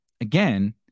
again